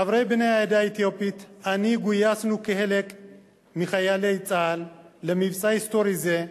חברי בני העדה האתיופית ואני גויסנו כחלק מחיילי צה"ל למבצע היסטורי זה,